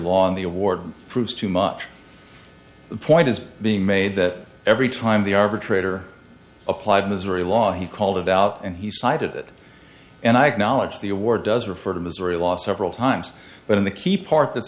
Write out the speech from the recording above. law on the award proves too much the point is being made that every time the arbitrator applied missouri law he called it out and he cited it and i acknowledge the award does refer to missouri law several times but in the key part that